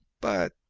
but,